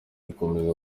gukomeza